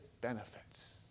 benefits